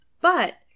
but-